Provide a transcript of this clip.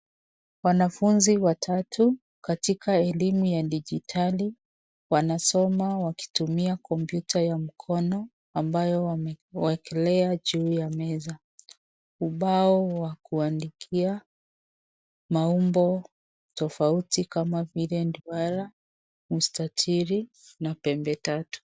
Wanafunzi watatu katika elimu ya dijitali wanasoma wakitumia kompyuta ya mkono ambayo wamewekelea juu ya meza. Ubao wa kuandikia maumbo tofauti kama vile duara, mstatili na pembetatu.